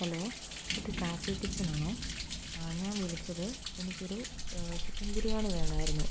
hello ഇത് കാസി കിച്ചണാണോ ഞാൻ വിളിച്ചത് എനിക്കൊരു ചിക്കൻ ബിരിയാണി വേണായിരുന്നു